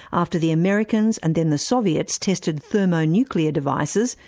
after the americans and then the soviets tested thermonuclear devices,